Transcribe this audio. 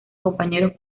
compañeros